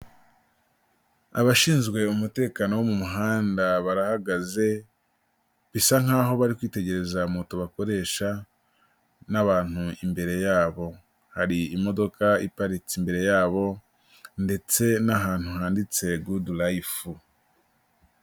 Abashinzwe umutekano wo mu muhanda barahagaze, bisa nk'aho bari kwitegereza moto bakoresha, n'abantu imbere yabo hari imodoka iparitse, imbere yabo ndetse n'ahantu handitse gudurayifu.